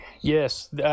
yes